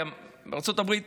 כי ארצות הברית